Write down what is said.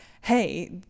Hey